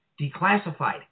declassified